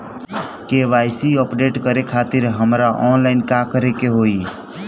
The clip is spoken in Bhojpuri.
के.वाइ.सी अपडेट करे खातिर हमरा ऑनलाइन का करे के होई?